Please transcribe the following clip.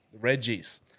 Reggie's